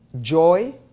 joy